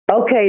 Okay